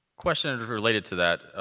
question and related to that.